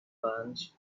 punch